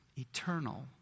eternal